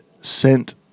sent